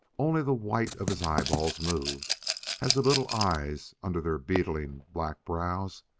only the white of his eyeballs moved as the little eyes, under their beetling black brows,